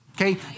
Okay